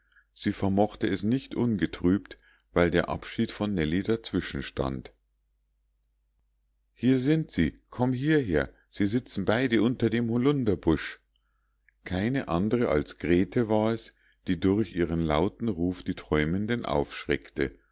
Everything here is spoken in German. sie vermochte es nicht ungetrübt weil der abschied von nellie dazwischen stand hier sind sie kommt hierher sie sitzen beide unter dem holunderbusch keine andre als grete war es die durch ihren lauten ruf die träumenden aufschreckte